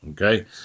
okay